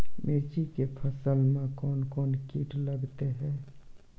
मिर्ची के फसल मे कौन कौन कीट लगते हैं?